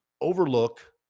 overlook